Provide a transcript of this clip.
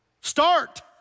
start